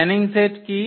spanning set কি